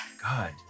God